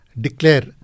declare